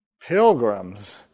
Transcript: pilgrims